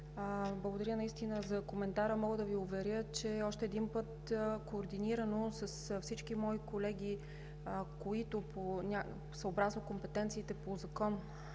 Благодаря наистина за коментара. Мога да Ви уверя, че още един път координирано с всички мои колеги, които съобразно компетенциите по закон